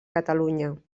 catalunya